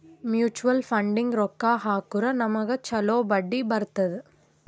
mutual ಫಂಡ್ನಾಗ್ ರೊಕ್ಕಾ ಹಾಕುರ್ ನಮ್ಗ್ ಛಲೋ ಬಡ್ಡಿ ಬರ್ತುದ್